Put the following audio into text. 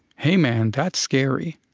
hey, man, that's scary.